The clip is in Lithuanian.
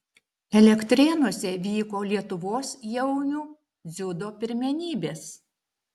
elektrėnuose vyko lietuvos jaunių dziudo pirmenybės